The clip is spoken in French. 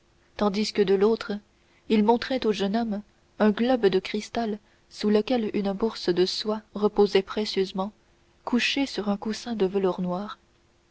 tandis que de l'autre il montrait au jeune homme un globe de cristal sous lequel une bourse de soie reposait précieusement couchée sur un coussin de velours noir